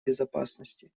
безопасности